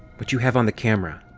but you have on the cameras?